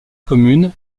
commune